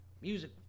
Music